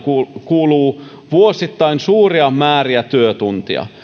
kuluu vuosittain suuria määriä työtunteja